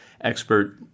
expert